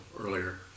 earlier